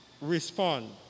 respond